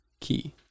key